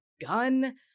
gun